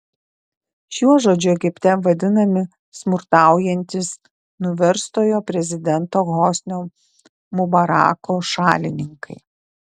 šiuo žodžiu egipte vadinami smurtaujantys nuverstojo prezidento hosnio mubarako šalininkai